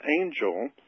angel